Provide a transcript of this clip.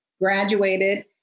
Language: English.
graduated